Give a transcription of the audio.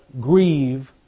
grieve